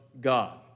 God